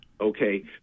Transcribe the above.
Okay